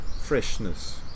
freshness